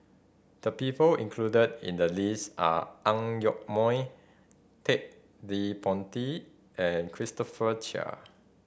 the people included in the list are Ang Yoke Mooi Ted De Ponti and Christopher Chia